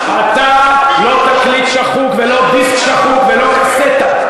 אתה לא תקליט שחוק ולא דיסק שחוק ולא קסטה,